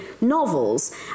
novels